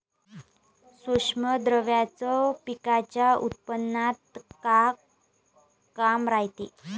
सूक्ष्म द्रव्याचं पिकाच्या उत्पन्नात का काम रायते?